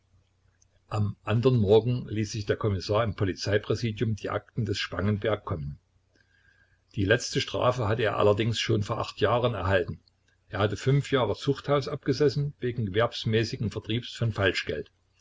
am andern morgen ließ sich der kommissar im polizeipräsidium die akten des spangenberg kommen die letzte strafe hatte er allerdings schon vor acht jahren erhalten er hatte fünf jahre zuchthaus abgesessen wegen gewerbsmäßigen vertriebs von falschgeld